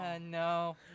No